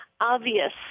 obvious